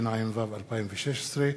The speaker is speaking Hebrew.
התשע"ו 2016,